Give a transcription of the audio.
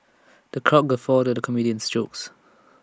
the crowd guffawed at the comedian's jokes